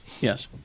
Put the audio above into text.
Yes